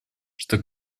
что